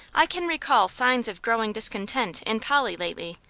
i can recall signs of growing discontent in polly, lately.